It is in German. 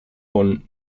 von